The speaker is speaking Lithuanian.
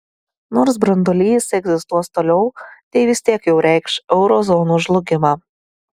nors branduolys egzistuos toliau tai vis tiek jau reikš euro zonos žlugimą